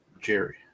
Jerry